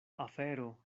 afero